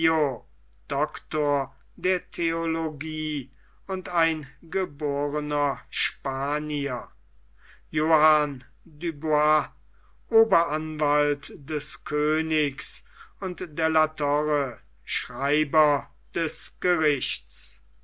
der theologie und eingeborener spanier johann du bois oberanwalt des königs und de la torre schreiber des gerichts